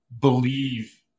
believe